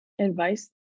advice